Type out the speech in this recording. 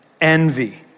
envy